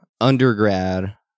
undergrad